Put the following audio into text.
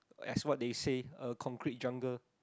as what they say a concrete jungle